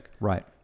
Right